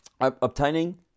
obtaining